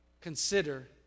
consider